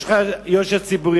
יש לך יושר ציבורי,